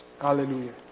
Hallelujah